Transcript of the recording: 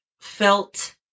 felt